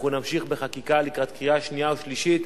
אנחנו נמשיך בחקיקה לקריאה שנייה ושלישית.